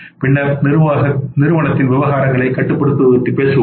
பின்னர் நிறுவனத்தின் விவகாரங்களைக் கட்டுப்படுத்துவது பற்றி பேசுகிறோம்